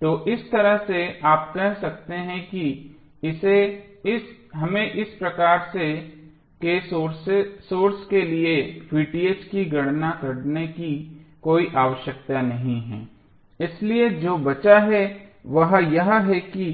तो इस तरह से आप कह सकते हैं कि हमें इस प्रकार के सोर्स के लिए की गणना करने की कोई आवश्यकता नहीं है इसलिए जो बचा है वह यह है कि